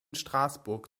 straßburg